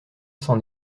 s’en